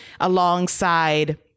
alongside